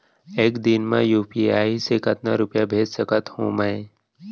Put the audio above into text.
एक दिन म यू.पी.आई से कतना रुपिया भेज सकत हो मैं?